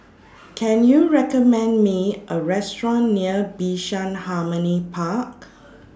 Can YOU recommend Me A Restaurant near Bishan Harmony Park